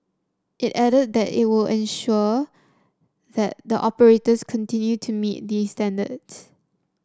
it added that it will ensure that the operators continue to meet these standards